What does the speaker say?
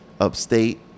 upstate